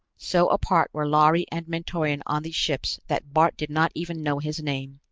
so apart were lhari and mentorian on these ships that bart did not even know his name.